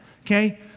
okay